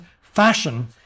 fashion